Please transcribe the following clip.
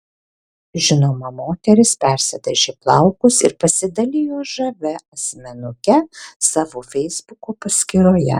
žinoma moteris persidažė plaukus ir pasidalijo žavia asmenuke savo feisbuko paskyroje